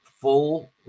full